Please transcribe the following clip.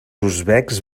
uzbeks